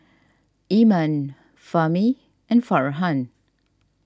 Iman Fahmi and Farhan